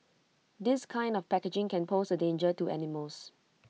this kind of packaging can pose A danger to animals